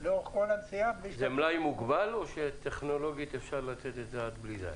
לאורך כל הנסיעה --- זה מלאי מוגבל או שאפשר לתת את זה עד בלי די?